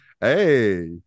Hey